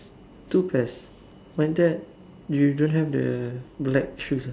two pairs when that you don't have the black shoes ah